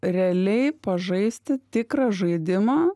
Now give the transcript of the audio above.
realiai pažaisti tikrą žaidimą